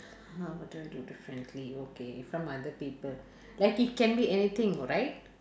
uh what do I do differently okay from other people like it can be anything right